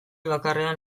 bakarrean